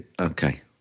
okay